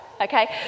Okay